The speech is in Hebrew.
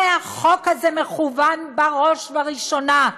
הרי החוק הזה מכוון בראש וראשונה,